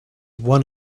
one